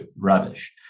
rubbish